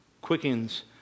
quickens